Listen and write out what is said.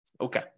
Okay